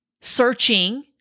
searching